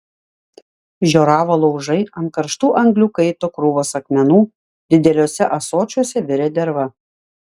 žioravo laužai ant karštų anglių kaito krūvos akmenų dideliuose ąsočiuose virė derva